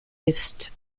ist